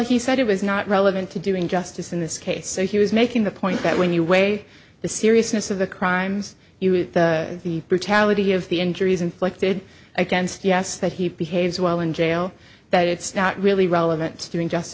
he said it was not relevant to doing justice in this case so he was making the point that when you weigh the seriousness of the crimes the brutality of the injuries inflicted against us that he behaves while in jail that it's not really relevant doing just